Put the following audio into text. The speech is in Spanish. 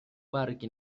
parque